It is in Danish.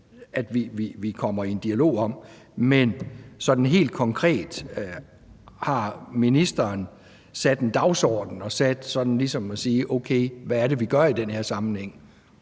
at vi kommer i en dialog om. Men har ministeren helt konkret sat en dagsordenen for ligesom at spørge: Okay, hvad er det, vi gør i den her sammenhæng?